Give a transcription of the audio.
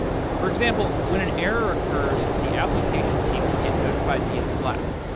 for example, when an error occurs, the application team can get notified via slack.